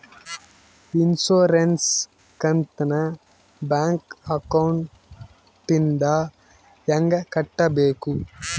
Insurance ಕಂತನ್ನ bank ಅಕೌಂಟಿಂದ ಹೆಂಗ ಕಟ್ಟಬೇಕು?